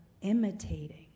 imitating